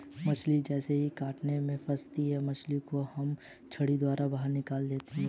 मछली जैसे ही कांटे में फंसेगी मछली को हम छड़ी द्वारा बाहर निकाल लेंगे